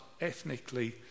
ethnically